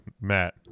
Matt